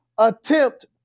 Attempt